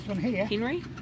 Henry